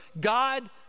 God